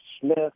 Smith